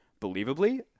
believably